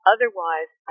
Otherwise